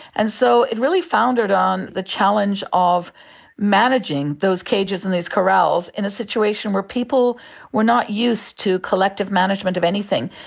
and so it really foundered on the challenge of managing those cages and these corrals in a situation where people were not used to collective management of anything.